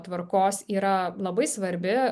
tvarkos yra labai svarbi